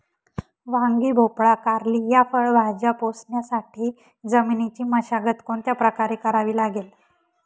वांगी, भोपळा, कारली या फळभाज्या पोसण्यासाठी जमिनीची मशागत कोणत्या प्रकारे करावी लागेल?